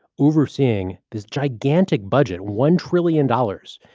overseeing this gigantic budget, one trillion dollars,